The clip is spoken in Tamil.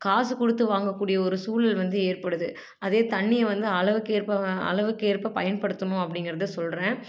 காசு கொடுத்து வாங்கக்கூடிய ஒரு சூழல் வந்து ஏற்படுது அதே தண்ணியை வந்து அளவுக்கு ஏற்ப அளவுக்கு ஏற்ப பயன்படுத்தணும் அப்படிங்கறத சொல்கிறேன்